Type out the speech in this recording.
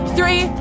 Three